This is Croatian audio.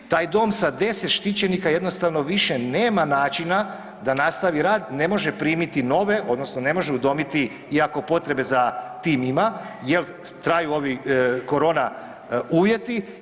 Taj dom sa 10 štićenika jednostavno više nema načina da nastavi rad, ne može primiti nove odnosno ne može udomiti iako potrebe za tim ima jer traju ovi korona uvjeti.